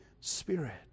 Spirit